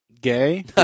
gay